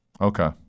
Okay